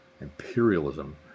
Imperialism